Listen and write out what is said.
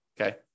okay